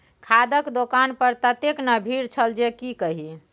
खादक दोकान पर ततेक ने भीड़ छल जे की कही